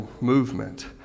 movement